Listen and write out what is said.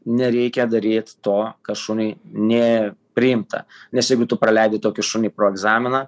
nereikia daryt to kas šuniui nė priimta nes jeigu tu praleidi tokį šunį pro egzaminą